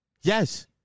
yes